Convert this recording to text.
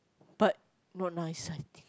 but not nice I think